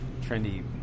trendy